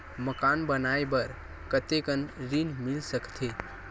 मकान बनाये बर कतेकन ऋण मिल सकथे?